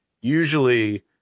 usually